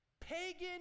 Pagan